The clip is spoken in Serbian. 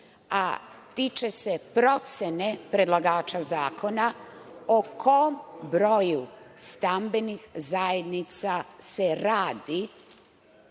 a tiče se procene predlagača zakona, o kom broju stambenih zajednica se radi?